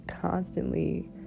constantly